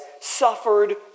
suffered